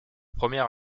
première